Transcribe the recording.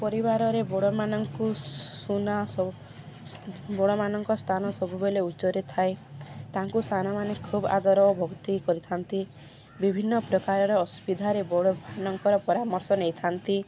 ପରିବାରରେ ବଡ଼ମାନଙ୍କୁ ବଡ଼ମାନଙ୍କ ସ୍ଥାନ ସବୁବେଳେ ଉଚ୍ଚରେ ଥାଏ ତାଙ୍କୁ ସାନମାନେ ଖୁବ ଆଦର ଓ ଭକ୍ତି କରିଥାନ୍ତି ବିଭିନ୍ନ ପ୍ରକାରର ଅସୁବିଧାରେ ବଡ଼ମାନଙ୍କର ପରାମର୍ଶ ନେଇଥାନ୍ତି